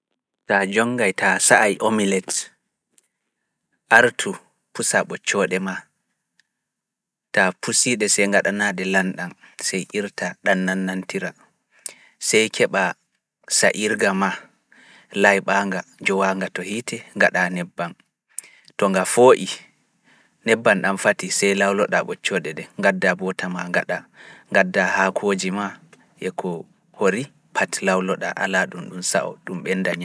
Ta jonngay ta sa'ay omelette, artu pusa ɓoccooɗe maa, ta pusiiɗe se gaɗanaade lanɗam, se iirta ɗam nanantira, se keɓa sa iirga maa layɓaanga jowa nga to hiite ngaɗa nebbam. to nga fooyi nebbam ɗam fati se lawloɗa ɓoccooɗe ɗe, ngadda buta maa ngaɗaɗa gadda hakoji ma e ko hori pat lawloɗa ala ɗum ɗum sa'o ɗum ɓenda